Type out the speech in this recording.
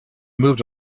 moved